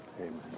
Amen